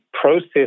process